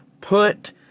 put